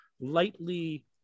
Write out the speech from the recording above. lightly